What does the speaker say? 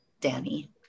danny